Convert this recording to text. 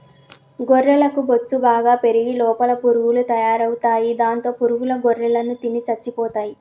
గొర్రెలకు బొచ్చు బాగా పెరిగి లోపల పురుగులు తయారవుతాయి దాంతో పురుగుల గొర్రెలను తిని చచ్చిపోతాయి